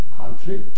country